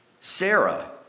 Sarah